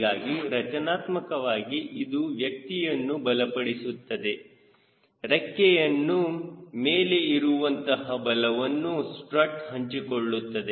ಹೀಗಾಗಿ ರಚನಾತ್ಮಕವಾಗಿ ಇದು ವ್ಯಕ್ತಿಯನ್ನು ಬಲಪಡಿಸುತ್ತದೆ ರೆಕ್ಕೆಯ ಮೇಲೆ ಇರುವಂತಹ ಬಲವನ್ನು ಸ್ಟ್ರಟ್ ಹಂಚಿಕೊಳ್ಳುತ್ತದೆ